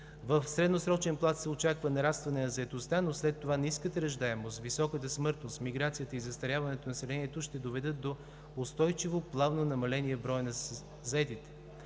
В средносрочен план се очаква нарастване на заетостта, но след това ниската раждаемост, високата смъртност, миграцията и застаряването на населението ще доведат до устойчиво плавно намаление на броя на заетите.